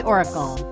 Oracle